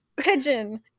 Pigeon